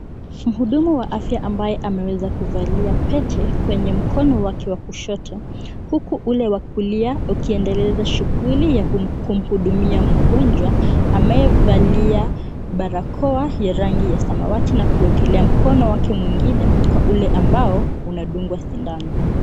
Mhudumu wa afya ambaye ameweza kuvalia pete kwenye mkono wake wa kushoto huku ule wa kulia ukiendeleza shughuli ya kumhudumia mgonjwa amevalia barakoa ya rangi ya samawati na kuwekelea mkono wake mwingine kwa ule ambao unadungwa sindano.